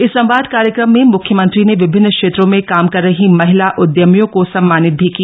इस संवाद कार्यक्रम में मुख्यमंत्री ने विभिन्न क्षेत्रों में काम कर रही महिला उदयमियों को सम्मानित भी किया